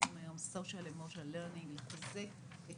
social emotional learning לחזק את